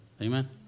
Amen